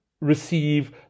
receive